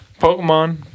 Pokemon